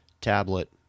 tablet